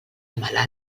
malalt